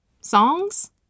Songs